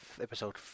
episode